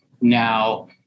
now